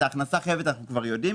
את ההכנסה החייבת אנחנו יודעים,